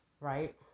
right